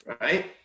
right